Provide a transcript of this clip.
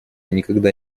никогда